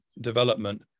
development